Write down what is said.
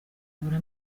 ahora